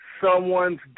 someone's